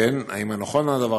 האם נכון הדבר,